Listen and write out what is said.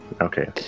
okay